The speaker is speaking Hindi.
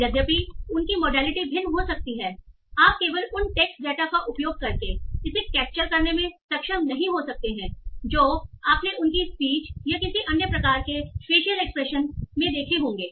यद्यपि उनकी मोडालिटी भिन्न हो सकती है आप केवल उन टेक्स्ट डेटा का उपयोग करके इसे कैप्चर करने में सक्षम नहीं हो सकते हैं जो आपने उनकी स्पीच या किसी अन्य प्रकार के फेशियल एक्सप्रेशन देखे होंगे